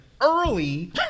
early